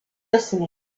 destiny